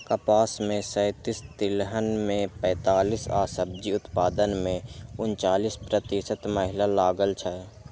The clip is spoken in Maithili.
कपास मे सैंतालिस, तिलहन मे पैंतालिस आ सब्जी उत्पादन मे उनचालिस प्रतिशत महिला लागल छै